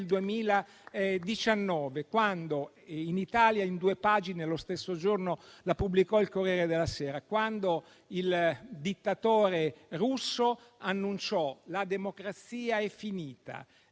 2019, e in Italia, in due pagine lo stesso giorno, la pubblicò il «Corriere della Sera», quando il dittatore russo annunciò che la democrazia era finita,